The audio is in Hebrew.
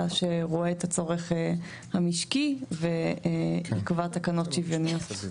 שרואה את הצורך המשקי ויקבע תקנות שוויוניות.